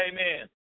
Amen